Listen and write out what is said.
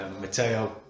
Matteo